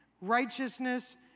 righteousness